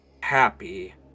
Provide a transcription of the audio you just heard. happy